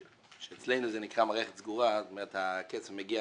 שאצלנו נקראים מערכת סגורה כלומר הכסף מגיע